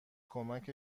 کمک